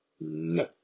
No